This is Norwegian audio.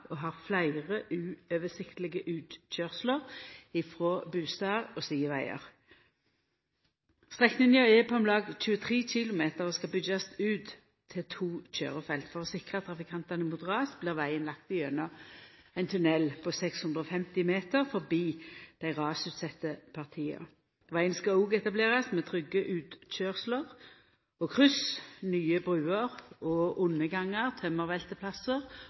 og har fleire uoversiktlege utkøyrsler frå bustader og sidevegar. Strekninga er på om lag 23 km og skal byggjast ut til to køyrefelt. For å sikra trafikantane mot ras blir vegen lagd gjennom ein tunell på 650 meter forbi dei rasutsette partia. Vegen skal òg etablerast med trygge utkøyrsler og kryss, nye bruer og